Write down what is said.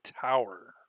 tower